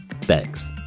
Thanks